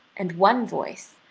and one voice,